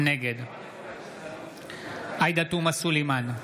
נגד עאידה תומא סלימאן,